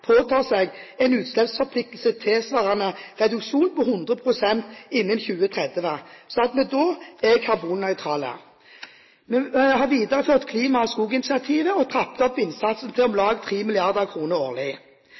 påtar seg store forpliktelser, påtar seg en utslippsforpliktelse tilsvarende reduksjon på 100 pst. innen 2030, slik at vi da er karbonnøytrale videreføre klima- og skoginitiativet, og trappe opp innsatsen til om lag 3 mrd. kr årlig.